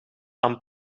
aan